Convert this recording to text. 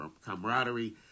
camaraderie